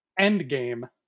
endgame